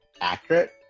accurate